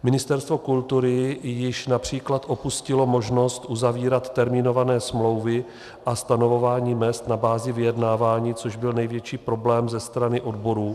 Ministerstvo kultury již např. opustilo možnost uzavírat termínované smlouvy a stanovování mezd na bázi vyjednávání, což byl největší problém ze strany odborů.